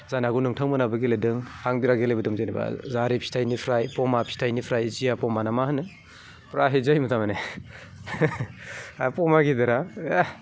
जानो हागौ नोंथांमोनाबो गेलेदों आं बिराद गेलेबोदों जेनेबा जारि फिथाइनिफ्राय बमा फिथाइनिफ्राय जियाबमा ना मा होनो फ्राय जायोमोन थारमाने दा फमा गेदेरा